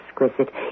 exquisite